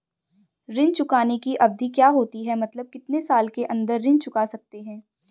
ऋण चुकाने की अवधि क्या होती है मतलब कितने साल के अंदर ऋण चुका सकते हैं?